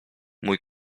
mój